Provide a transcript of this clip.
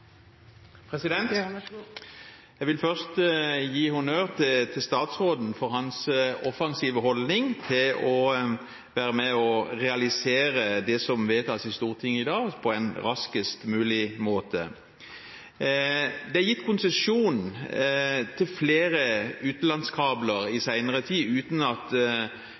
offensive holdning til å være med og realisere det som vedtas i Stortinget i dag, på en raskest mulig måte. Det er gitt konsesjon til flere utenlandskabler i senere tid uten at